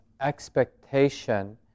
expectation